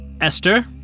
Esther